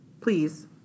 please